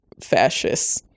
fascists